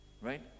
right